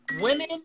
Women